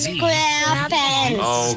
Squarepants